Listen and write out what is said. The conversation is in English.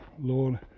Lord